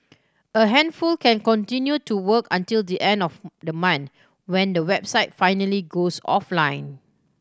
a handful can continue to work until the end of the month when the website finally goes offline